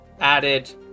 added